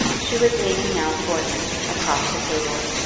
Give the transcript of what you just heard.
she was leaning now towards him, across the table,